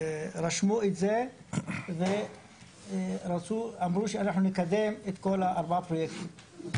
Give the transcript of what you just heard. רשמו את זה ואמרו שאנחנו נקדם את כל ארבעה פרויקטים.